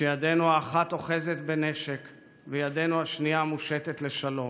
כשידנו האחת אוחזת בנשק וידנו השנייה מושטת לשלום.